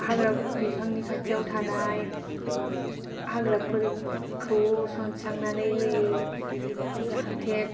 हाग्रा बिफांनि खाथिआव थानाय हाग्राफोरखौ सनस्रांनानै होयो जाहाथे